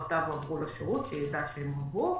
שפרטיו הועברו לשירות, שיידע שהם הועברו,